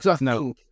no